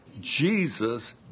Jesus